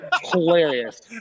Hilarious